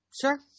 sure